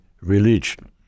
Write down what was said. religion